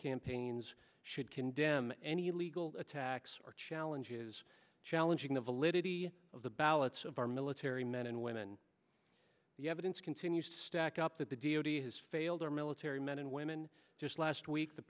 campaigns should condemn any legal attacks or challenges challenging the validity of the ballots of our military men and women the evidence continues stack up that the d o t has failed our military men and women just last week the